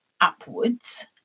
upwards